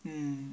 mm